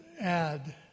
add